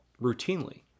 routinely